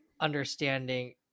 understanding